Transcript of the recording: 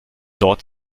dort